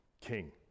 king